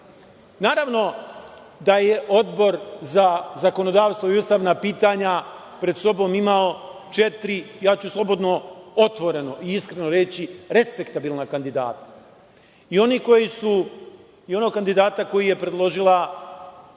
ima. Naravno da je Odbor za zakonodavstvo i ustavna pitanja pred sobom imao četiri, slobodno ću otvoreno i iskreno reći, respektabilna kandidata, i onog kandidata kojeg je predložila SRS